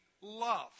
love